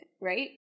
right